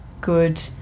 good